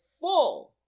full